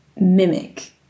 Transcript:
mimic